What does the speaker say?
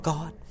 God